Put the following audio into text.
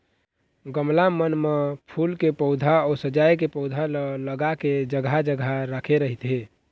गमला मन म फूल के पउधा अउ सजाय के पउधा ल लगा के जघा जघा राखे रहिथे